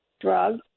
drug